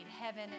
heaven